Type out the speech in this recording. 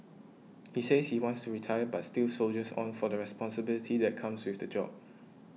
he says he wants to retire but still soldiers on for the responsibility that comes with the job